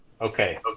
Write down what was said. Okay